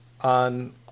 On